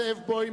זאב בוים,